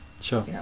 Sure